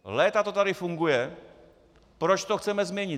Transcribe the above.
Léta to tady funguje proč to chceme změnit?